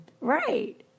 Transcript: Right